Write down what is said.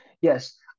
Yes